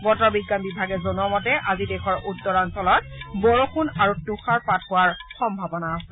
বতৰ বিজ্ঞান বিভাগে জনোৱা মতে আজি দেশৰ উত্তৰাঞ্চলত বৰষুণ আৰু তুষাৰপাত হোৱাৰ সম্ভাৱনা আছে